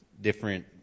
different